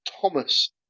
Thomas